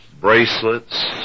bracelets